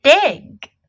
dig